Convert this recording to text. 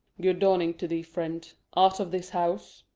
good dawning to thee, friend. art of this house?